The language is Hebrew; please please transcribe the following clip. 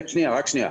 רק שנייה.